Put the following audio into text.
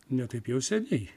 ne taip jau seniai